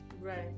Right